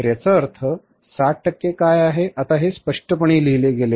तर याचा अर्थ 60 टक्के काय आहे आता हे काय स्पष्टपणे लिहिले गेले आहे